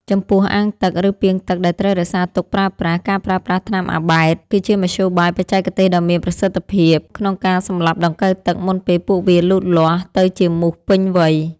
ចំពោះអាងទឹក ឬពាងទឹកដែលត្រូវរក្សាទុកប្រើប្រាស់ ការប្រើប្រាស់ថ្នាំអាបែត (Abate) គឺជាមធ្យោបាយបច្ចេកទេសដ៏មានប្រសិទ្ធភាពក្នុងការសម្លាប់ដង្កូវទឹកមុនពេលពួកវាលូតលាស់ទៅជាមូសពេញវ័យ។